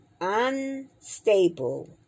Unstable